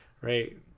Right